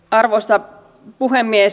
arvoisa puhemies